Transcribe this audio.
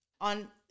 on